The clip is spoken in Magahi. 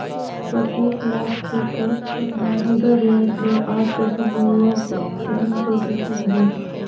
पचीस लाख के कर्ज पर मौजूदा ब्याज दर आठ दशमलब तीन प्रतिशत हइ